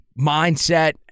mindset